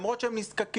למרות שהם נזקקים.